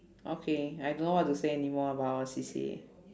okay I don't know what to say anymore about our C_C_A